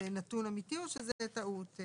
זה נתון אמיתי או שזו טעות?